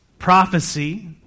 Prophecy